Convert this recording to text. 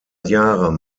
jahre